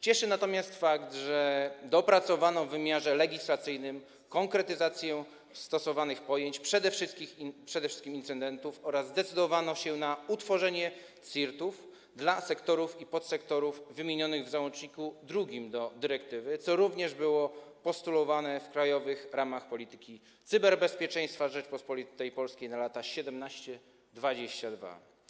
Cieszy natomiast fakt, że dopracowano w wymiarze legislacyjnym konkretyzację stosowanych pojęć, przede wszystkim incydentów, oraz zdecydowano się na utworzenie CSIRT-ów dla sektorów i podsektorów wymienionych w załączniku drugim do dyrektywy, co również było postulowane w „Krajowych ramach polityki cyberbezpieczeństwa Rzeczypospolitej Polskiej na lata 2017-2022”